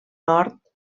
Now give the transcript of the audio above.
nord